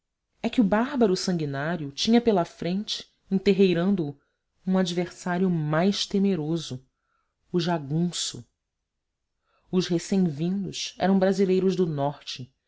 é que o bárbaro sanguinário tinha pela frente enterreirando o um adversário mais temeroso o jagunço os recém vindos eram brasileiros do norte